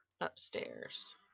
upstairs